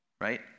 right